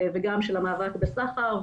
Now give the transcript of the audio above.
וגם של המאבק בסחר,